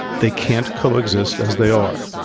they can't coexist as they are.